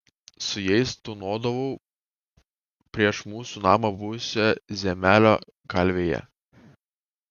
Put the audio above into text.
su jais tūnodavau prieš mūsų namą buvusioje ziemelio kalvėje